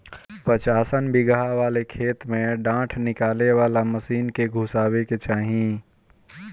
पचासन बिगहा वाले खेत में डाँठ निकाले वाला मशीन के घुसावे के चाही